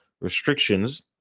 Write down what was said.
restrictions